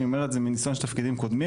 אני אומר את זה מניסיון של תפקידים קודמים,